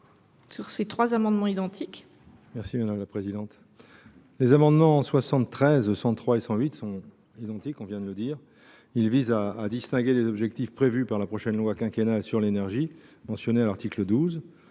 de ces trois amendements identiques ;